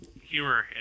humor